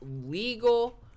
legal